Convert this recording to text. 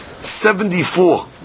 Seventy-four